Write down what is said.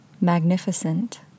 Magnificent